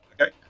Okay